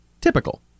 typical